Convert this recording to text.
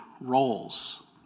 roles